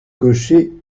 cochers